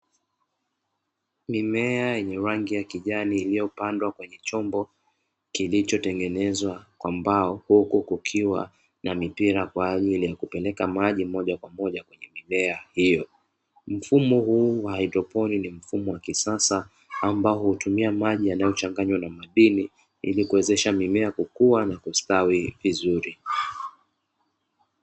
Mimea yenye rangi ya kijani iliyopandwa kwenye chombo kilichotengenezwa kwa mbao, huku kukiwa na mipira kwa ajili ya kupeleka maji moja kwa moja kwenye mimea hiyo. Mfumo huu wa haidroponi, ni mfumo wa kisasa ambao hutumia maji yanayochanganywa na madini ili kuwezesha mimea kukua na kustawi vizuri.